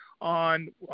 on